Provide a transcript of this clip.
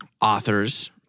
authors